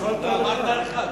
אמרת אחד.